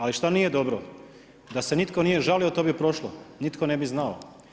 Ali što nije dobro, da se nitko nije žalio to bi prošlo, nitko ne bi znao.